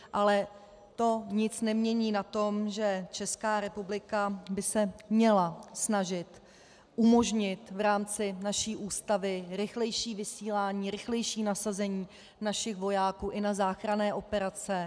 Ale to nic nemění na tom, že Česká republika by se měla snažit umožnit v rámci naší Ústavy rychlejší vysílání, rychlejší nasazení našich vojáků i na záchranné operace.